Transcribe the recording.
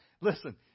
listen